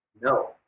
No